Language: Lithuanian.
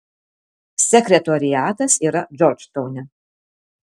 sekretoriatas yra džordžtaune